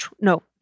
no